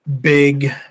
big